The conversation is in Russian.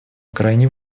крайне